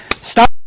stop